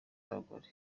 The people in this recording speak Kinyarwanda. y’abagore